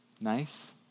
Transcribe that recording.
Nice